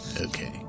Okay